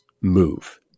move